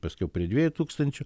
paskiau prie dviejų tūkstančių